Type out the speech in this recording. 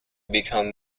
become